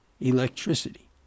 electricity